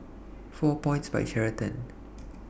four Points By Sheraton